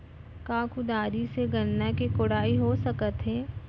का कुदारी से गन्ना के कोड़ाई हो सकत हे?